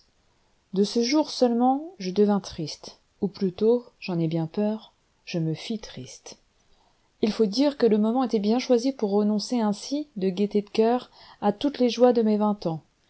de ce jour seulement je devins triste ou plutôt j'en ai bien peur je me fis triste il faut dire que le moment était bien choisi pour renoncer ainsi de gaieté de coeur à toutes les joies de mes vingt ans